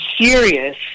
serious